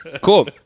Cool